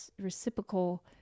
reciprocal